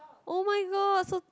oh-my-god so